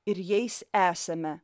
ir jais esame